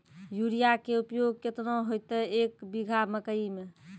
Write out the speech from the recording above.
Urea के उपयोग केतना होइतै, एक बीघा मकई मे?